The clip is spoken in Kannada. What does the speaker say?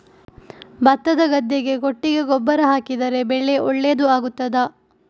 ಭತ್ತದ ಗದ್ದೆಗೆ ಕೊಟ್ಟಿಗೆ ಗೊಬ್ಬರ ಹಾಕಿದರೆ ಬೆಳೆ ಒಳ್ಳೆಯದು ಆಗುತ್ತದಾ?